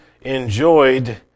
enjoyed